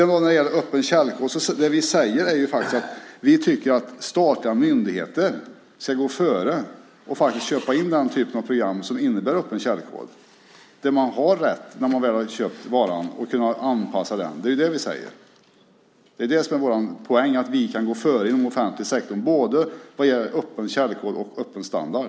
När det gäller öppen källkod tycker vi att statliga myndigheter ska gå före och köpa in den typen av program som innebär öppen källkod där man har rätt att anpassa varan när man väl har köpt den. Det är det vi säger. Det är vår poäng att vi kan gå före inom offentlig sektor både vad gäller öppen källkod och öppen standard.